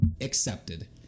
Accepted